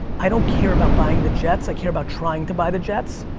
i don't care about buying the jets, i care about trying to buy the jets.